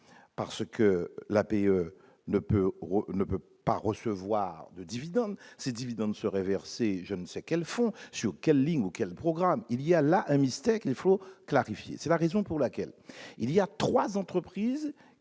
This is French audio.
paix ne peut, on ne peut pas recevoir de dividendes ces dividendes seraient versés, je ne sais quel fonds sur quelle ligne vous quel programme il y a là un mystère qu'il faut clarifier, c'est la raison pour laquelle il y a 3 entreprises